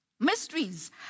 Mysteries